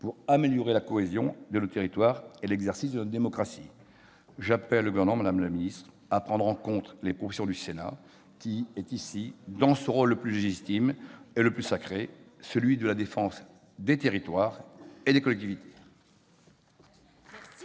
pour améliorer la cohésion de nos territoires et l'exercice de notre démocratie. J'appelle le Gouvernement, madame la ministre, à prendre en compte les propositions du Sénat, qui est ici dans son rôle le plus légitime et le plus sacré, celui de la défense des territoires et des collectivités.